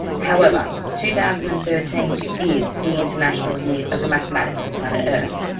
however two thousand and thirteen is the international year of the mathematics of planet earth.